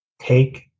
Take